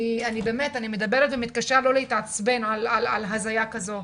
אני מדברת ומתקשה לא להתעצבן על הזיה כזו.